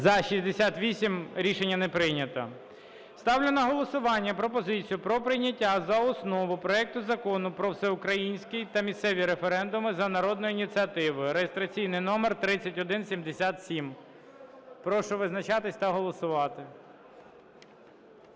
За-68 Рішення не прийнято. Ставлю на голосування пропозицію про прийняття за основу проект Закону про всеукраїнський та місцеві референдуми за народною ініціативою (реєстраційний номер 3177). Прошу визначатися та голосувати.